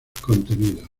contenidos